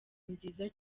nziza